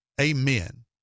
Amen